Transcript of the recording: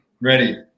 Ready